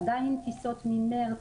עדין טיסות ממרץ,